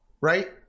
right